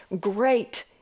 Great